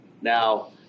Now